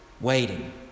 Waiting